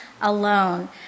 alone